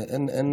בסדר.